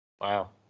wow